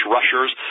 Rushers